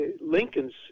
Lincoln's